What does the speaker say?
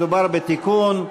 מדובר בתיקון.